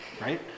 right